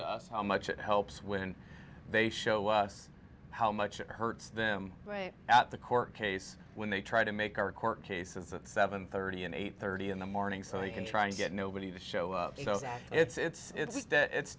us how much it helps when they show us how much it hurts them right at the court case when they try to make our court cases at seven thirty and eight thirty in the morning so you can try to get nobody to show up so that it's